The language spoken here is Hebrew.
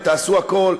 ותעשו הכול,